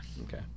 Okay